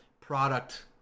product